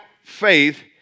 faith